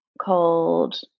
called